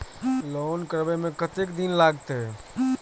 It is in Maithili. लोन करबे में कतेक दिन लागते?